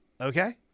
okay